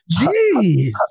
Jeez